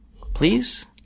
Please